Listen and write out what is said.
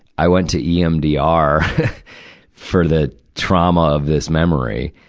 i went to emdr for the trauma of this memory.